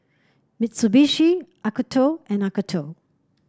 Mitsubishi Acuto and Acuto